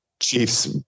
Chiefs